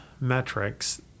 metrics